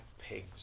Pig's